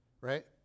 right